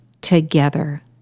together